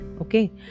okay